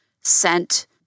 sent